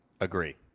Agree